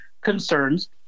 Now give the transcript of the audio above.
concerns